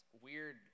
weird